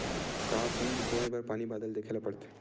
का बीज बोय बर पानी बादल देखेला पड़थे?